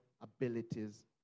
abilities